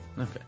Okay